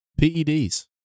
peds